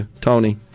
Tony